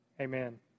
amen